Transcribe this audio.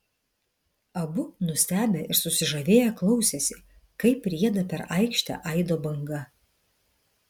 abu nustebę ir susižavėję klausėsi kaip rieda per aikštę aido banga